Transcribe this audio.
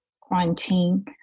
quarantine